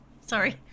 Sorry